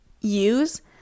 use